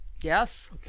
Yes